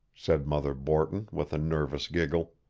said mother borton with a nervous giggle.